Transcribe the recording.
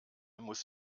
muss